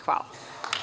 Hvala.